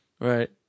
Right